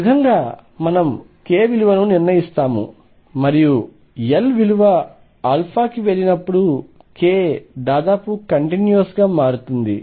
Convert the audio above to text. ఈ విధంగా మనం k విలువను నిర్ణయిస్తాము మరియు L విలువ కి వెళ్ళినప్పుడు k దాదాపు కంటిన్యూస్ గా మారుతుంది